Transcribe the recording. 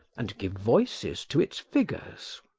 and give voices to its figures.